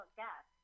gas